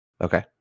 Okay